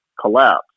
collapse